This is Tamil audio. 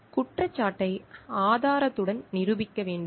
குற்றச்சாட்டை ஆதாரத்துடன் நிரூபிக்க வேண்டும்